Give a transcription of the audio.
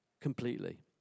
completely